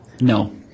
No